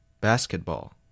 Basketball